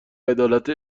عدالت